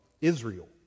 Israel